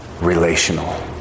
relational